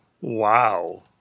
Wow